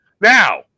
Now